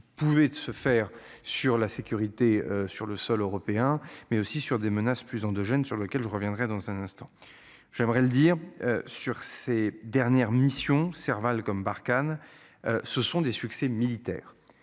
pouvait se faire sur la sécurité sur le sol européen mais aussi sur des menaces plus en 2 jeunes sur lequel je reviendrai dans un instant. J'aimerais le dire sur ces dernières mission Serval comme Barkhane. Ce sont des succès militaires